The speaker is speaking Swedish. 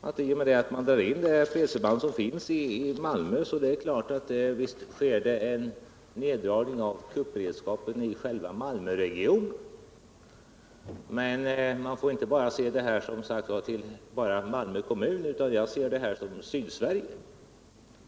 att i och med att man drar in det fredsförband som finns i Malmö sker det en neddragning av kuppberedskapen i själva Malmöregionen. Men man får inte se det här som Malmö kommun utan även som Sydsverige.